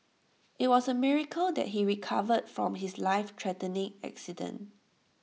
IT was A miracle that he recovered from his lifethreatening accident